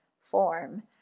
form